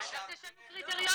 עכשיו תשנו קריטריונים.